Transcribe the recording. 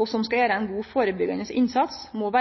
og som skal gjere ein god førebyggjande innsats, må